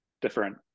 different